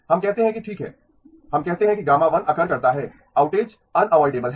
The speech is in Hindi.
हम कहते हैं कि ठीक है हम कहते हैं कि γ1 अकर करता है आउटेज अनअवोइदेबल है